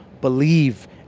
believe